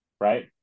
right